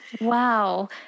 Wow